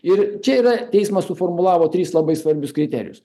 ir čia yra teismas suformulavo tris labai svarbius kriterijus